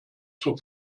zur